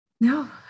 No